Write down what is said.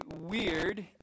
weird